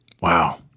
Wow